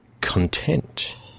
content